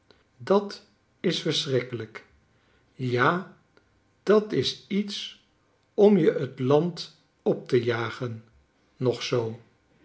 dat is verschrikkelijk ja dat is iets om je t land op te jagen nog zoo